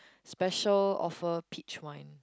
special offer peach wine